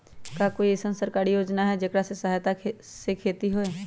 का कोई अईसन सरकारी योजना है जेकरा सहायता से खेती होय?